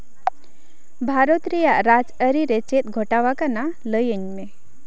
ᱵᱷᱟᱨᱚᱛ ᱨᱮᱭᱟᱜ ᱨᱟᱡᱽ ᱟᱹᱨᱤ ᱨᱮ ᱪᱮᱫ ᱜᱷᱚᱴᱟᱣᱟᱠᱟᱱᱟ ᱞᱟᱹᱭᱟᱹᱧ ᱢᱮ